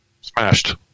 Smashed